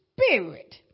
spirit